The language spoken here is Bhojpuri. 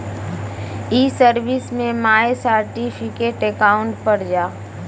ई सर्विस में माय सर्टिफिकेट अकाउंट पर जा